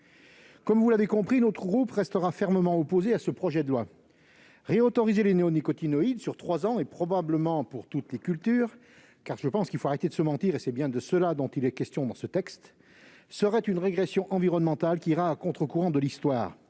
Comme vous l'avez compris, notre groupe reste fermement opposé à ce projet de loi. Réautoriser les néonicotinoïdes pour trois ans, et probablement pour toutes les cultures- il faut arrêter de se mentir, c'est bien de cela qu'il est question dans ce texte -, serait une régression environnementale qui irait à contre-courant de l'histoire.